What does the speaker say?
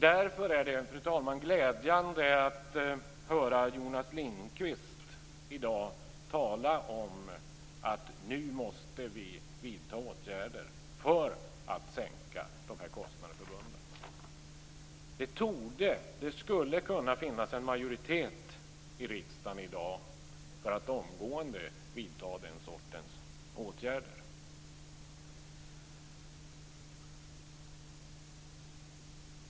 Därför är det glädjande att höra Jonas Ringqvist i dag tala om att vi nu måste vidta åtgärder för att sänka de här kostnaderna för bönderna. Det skulle kunna finnas en majoritet i riksdagen i dag för att omgående vidta den sortens åtgärder.